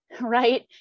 right